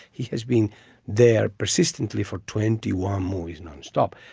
he has been there persistently for twenty one movies, non-stop.